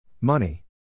Money